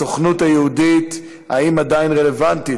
הסוכנות היהודית: האם היא עדיין רלוונטית?